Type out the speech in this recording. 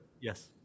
yes